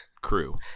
crew